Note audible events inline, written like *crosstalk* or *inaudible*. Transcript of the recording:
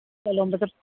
*unintelligible*